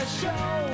show